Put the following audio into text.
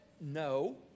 no